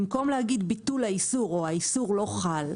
במקום להגיד ביטול האיסור או האיסור לא חל,